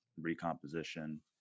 recomposition